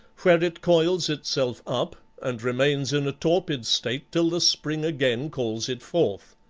where it coils itself up and remains in a torpid state till the spring again calls it forth.